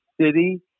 City